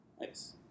Nice